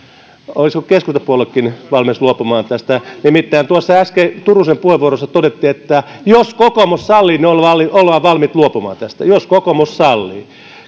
olisiko keskustapuoluekin valmis luopumaan tästä nimittäin tuossa äsken turusen puheenvuorossa todettiin että jos kokoomus sallii niin ollaan valmiit luopumaan tästä jos kokoomus sallii